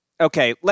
Okay